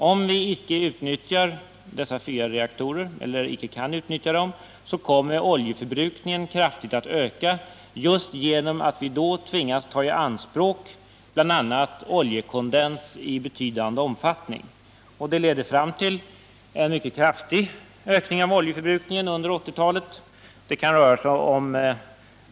Om vi inte utnyttjar dessa fyra reaktorer eller inte kan utnyttja dem, kommer oljeförbrukningen att öka kraftigt genom att vi då tvingas ta i anspråk bl.a. oljekondens i betydande omfattning. Detta leder till en mycket kraftig ökning av oljeförbrukningen under 1980-talet.